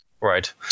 Right